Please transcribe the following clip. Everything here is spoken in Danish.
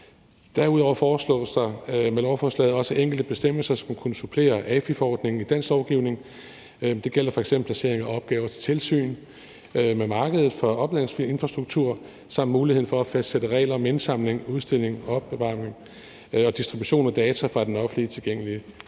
Derudover foreslås det med lovforslaget også, at enkelte bestemmelser skal kunne supplere AFI-forordningen i dansk lovgivning. Det gælder f.eks. placering af opgaver om tilsyn med markedet for opladningsinfrastruktur samt muligheden for at fastsætte regler om indsamling, udstilling, opbevaring og distribution af data fra den offentligt tilgængelige